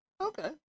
Okay